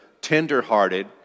tender-hearted